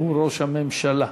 שהוא ראש הממשלה.